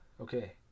okay